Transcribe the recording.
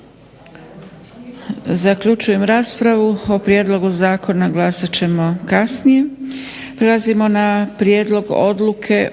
Zaključujem raspravu. O prijedlogu zakona glasat ćemo kasnije.